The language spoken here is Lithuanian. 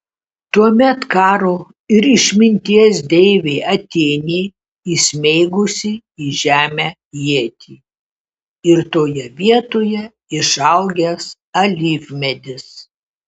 tuomet karo ir išminties deivė atėnė įsmeigusi į žemę ietį ir toje vietoje išaugęs alyvmedis